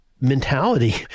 mentality